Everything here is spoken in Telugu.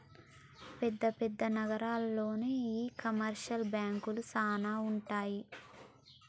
పెద్ద పెద్ద నగరాల్లోనే ఈ కమర్షియల్ బాంకులు సానా ఉంటాయి